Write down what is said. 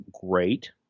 great